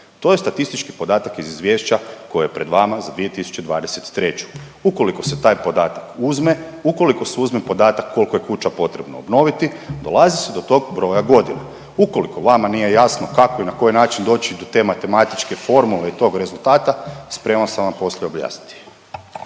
To je statistički podatak iz izvješća koji je pred vama za 2023. Ukoliko se taj podatak uzme, ukoliko se uzme podatak koliko je kuća potrebno obnoviti, dolazi se do tog broja godina. Ukoliko vama nije jasno kako i na koji način doći do te matematičke formule i tog rezultata, spreman sam vam poslije objasniti.